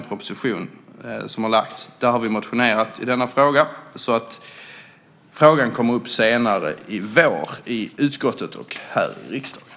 Vi har motionerat i denna fråga. Frågan kommer upp senare i vår i utskottet och här i riksdagen.